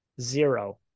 zero